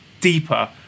deeper